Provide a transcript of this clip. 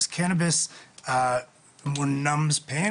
היא שקנאביס יותר מאלחש כאב,